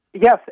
Yes